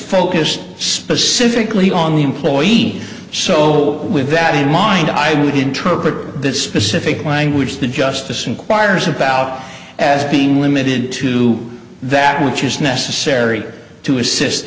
focused specifically on the employee so with that in mind i would interpret this specific language the justice inquires about as being limited to that which is necessary to assist